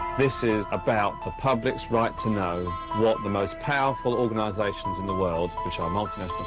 this is about the public's right to know what the most powerful organisations in the world, which are multinational